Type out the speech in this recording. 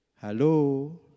Hello